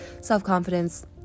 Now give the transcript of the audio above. self-confidence